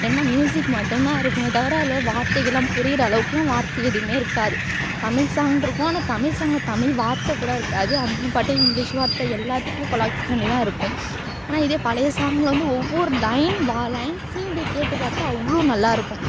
என்ன மியூசிக் மட்டும்தான் இருக்கும் தவிர அதில் உள்ள வார்த்தைகள்லாம் புரியிற அளவுக்கெலாம் வார்த்தை எதுவுமே இருக்காது தமிழ் சாங்குட்ருக்கும் ஆனால் தமிழ் சாங்கை தமிழ் வார்த்தை கூட இருக்காது அவங்க பாட்டே இங்கிலீஷ் வார்த்தை எல்லாத்துக்கும் கொலாப்ஸ் பண்ணி தான் இருக்கும் ஆனால் இதே பழையை சாங்கில் வந்து ஒவ்வொரு லைன் வ லைன்சையும் அப்படியே கேட்டுப் பார்த்தா அவ்வளோ நல்லா இருக்கும்